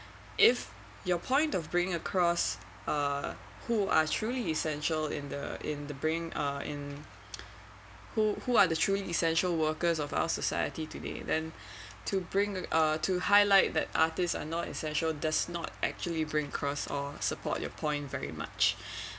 if your point of bringing across uh who are truly essential in the in the bring uh in who who are the truly essential workers of our society today then to bring uh to highlight that artist are not essential does not actually bring across or support your point very much